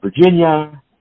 Virginia